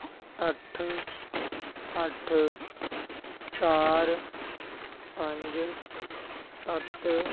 ਅੱਠ ਅੱਠ ਚਾਰ ਪੰਜ ਸੱਤ